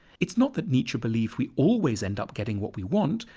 it's not that nietzsche believed we always end up getting what we want.